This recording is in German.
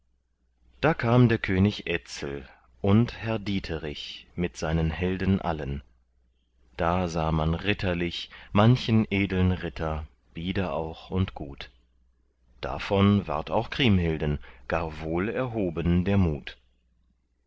da kam der könig etzel und herr dieterich mit seinen helden allen da sah man ritterlich manchen edeln ritter bieder und auch gut davon ward auch kriemhilden gar wohl erhoben der mut